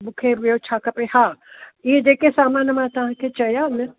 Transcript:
मूंखे ॿियो छा खपे हा इहे जे के सामान मां तव्हां खे चया आहिनि